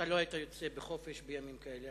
אתה לא היית יוצא לחופשה בימים כאלה.